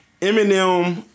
Eminem